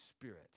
Spirit